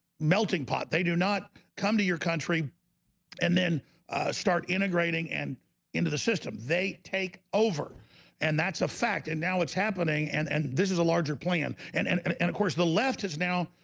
melting pot they do not come to your country and then start integrating and into the system they take over and that's a fact and now it's happening and and this is a larger plan. and and and of course the left is now